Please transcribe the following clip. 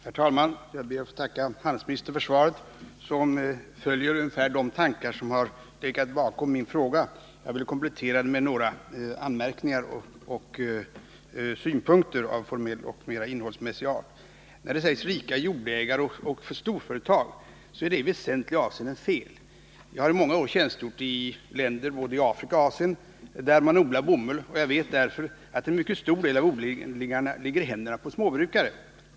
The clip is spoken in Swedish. Herr talman! Jag ber att få tacka handelsministern för svaret, som följer ungefär de tankegångar som har legat bakom min fråga. Jag vill komplettera svaret med några anmärkningar och synpunkter av formell och innehållsmässig art. 1. Att, som i broschyren, tala om ”rika jordägare och storföretag” är i väsentliga avseenden fel. Jag har i många år tjänstgjort i länder, både i Afrika och Asien, där man odlar bomull, och jag vet därför att en mycket stor del av odlingarna ligger i händerna på småbrukare.